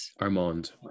armand